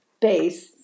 base